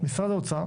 משרד האוצר